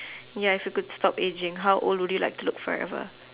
ya if you could stop aging how old would you like to look forever